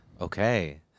Okay